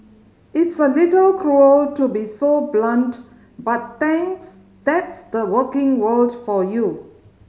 it's a little cruel to be so blunt but that's the working world for you